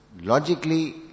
logically